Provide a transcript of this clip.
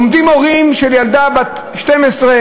עומדים הורים של ילדה בת 12,